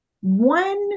one